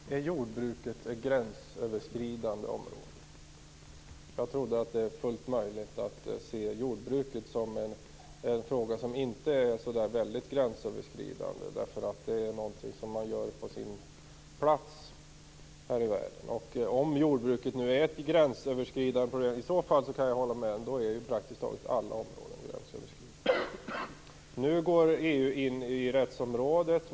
Herr talman! Är jordbruket ett gränsöverskridande område? Jag trodde att det var fullt möjligt att se jordbruksfrågan som en fråga som inte är så väldigt gränsöverskridande. Det är någonting som man håller på med på sin egen plats här i världen. Om jordbruket nu är gränsöverskridande kan jag hålla med om att praktiskt taget alla områden är gränsöverskridande. Nu går EU in på rättsområdet.